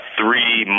three